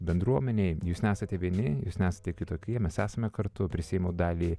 bendruomenei jūs nesate vieni jūs nesate kitokie mes esame kartu prisiimu dalį